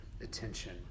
attention